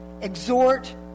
exhort